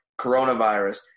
coronavirus –